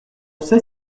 sait